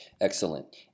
Excellent